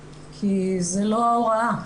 כי זו לא ההוראה.